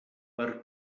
per